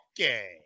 okay